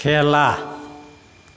খেলা